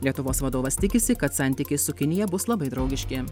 lietuvos vadovas tikisi kad santykiai su kinija bus labai draugiški